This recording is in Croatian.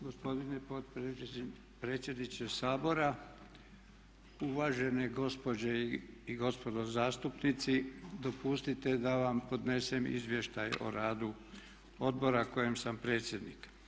Gospodine potpredsjedniče Sabora, uvažene gospođe i gospodo zastupnici, dopustite da vam podnesem izvještaj o radu odbora kojem sam predsjednik.